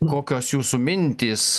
kokios jūsų mintys